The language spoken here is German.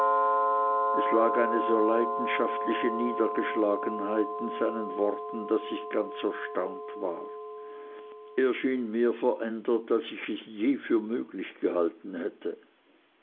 es lag eine so leidenschaftliche niedergeschlagenheit in seinen worten daß ich ganz erstaunt war er schien mehr verändert als ich es je für möglich gehalten hätte